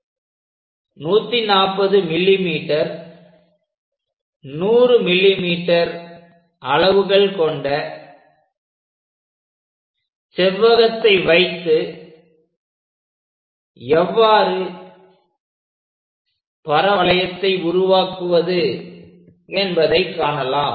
140 mm 100 mm அளவுகள் கொண்ட செவ்வகத்தை வைத்து எவ்வாறு பரவளையத்தை உருவாக்குவது என்பதை காணலாம்